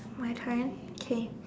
my turn okay